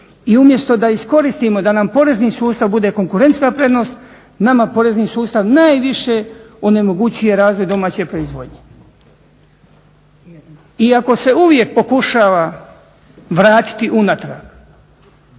I umjesto da iskoristimo da nam porezni sustav bude konkurentska prednost nama porezni sustav najviše onemogućuje razvoj domaće proizvodnje. Iako se uvijek pokušava vratiti unatrag